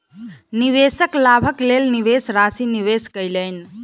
निवेशक लाभक लेल निवेश राशि निवेश कयलैन